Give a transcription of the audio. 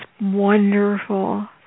wonderful